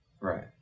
Right